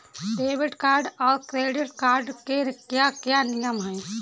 Debit card और credit card के क्या क्या नियम हैं?